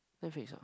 Netflix ah